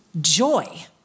joy